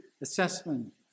assessment